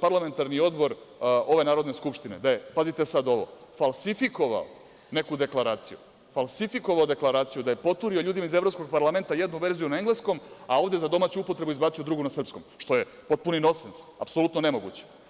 parlamentarni odbor ove Narodne skupštine da je, pazite sada ovo, falsifikovao neku deklaraciju, falsifikovao deklaraciju da je poturio ljudima iz Evropskog parlamenta jednu verziju na engleskom, a ovde za domaću upotrebu izbacio drugu na srpskom, što je potpuni nonsens, apsolutno nemoguće.